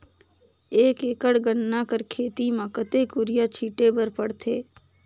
एक एकड़ गन्ना कर खेती म कतेक युरिया छिंटे बर पड़थे?